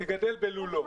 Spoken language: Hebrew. יגדל בלולו.